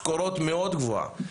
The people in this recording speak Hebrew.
תקורות מאד גבוהות.